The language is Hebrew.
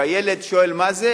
והילד שואל מה זה,